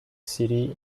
city